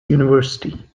university